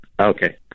okay